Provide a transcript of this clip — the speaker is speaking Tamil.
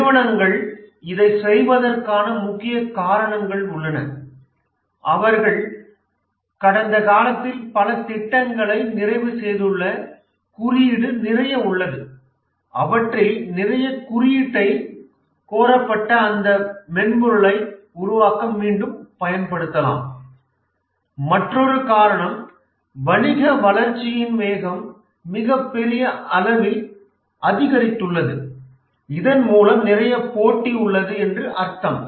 நிறுவனங்கள் இதைச் செய்வதற்கான முக்கிய காரணங்கள் உள்ளன அவர்கள் கடந்த காலத்தில் பல திட்டங்களை நிறைவு செய்துள்ள குறியீடு நிறைய உள்ளது அவற்றில் நிறைய குறியீட்டை கோரப்பட்ட அடுத்த மென்பொருளை உருவாக்க மீண்டும் பயன்படுத்தலாம் மற்றொரு காரணம் வணிக வளர்ச்சியின் வேகம் மிகப்பெரிய அளவில் அதிகரித்துள்ளது இதன் மூலம் நிறைய போட்டி உள்ளது என்று அர்த்தம்